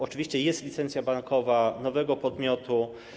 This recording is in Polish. Oczywiście jest licencja bankowa nowego podmiotu.